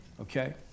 okay